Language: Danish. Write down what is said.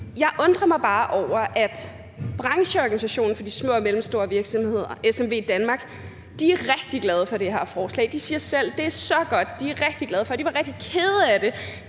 jeg undrer mig bare. Brancheorganisationen for de små og mellemstore virksomheder, SMVdanmark, er rigtig glade for det her forslag. De siger selv, at det er så godt. De er rigtig glade for det. De var rigtig kede af det,